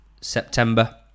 September